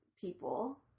people